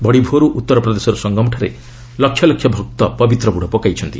ବଡ଼ି ଭୋରୁ ଉତ୍ତର ପ୍ରଦେଶର ସଙ୍ଗମଠାରେ ଲକ୍ଷ ଲକ୍ଷ ଭକ୍ତ ପବିତ୍ର ବୁଡ଼ ପକାଇଛନ୍ତି